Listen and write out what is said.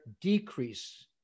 decrease